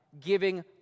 giving